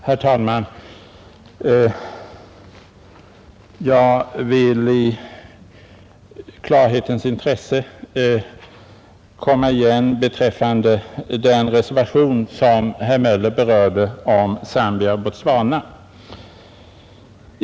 Herr talman! Jag vill i klarhetens intresse komma igen beträffande den reservation om Zambia och Botswana som herr Möller i Gävle berörde.